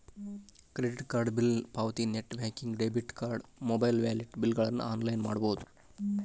credit card bill ಪಾವತಿ net banking debit card mobile wallet ಬಿಲ್ಗಳನ್ನ online ಮಾಡಬೋದ್